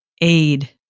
aid